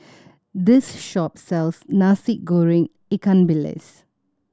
this shop sells Nasi Goreng ikan bilis